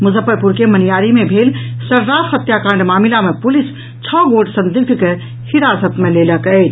मुजफ्फरपुर के मनियारी मे भेल शर्राफ हत्याकांड मामिला मे पुलिस छओ गोट संदिग्ध के हिरासत मे लेलक अछि